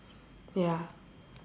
ya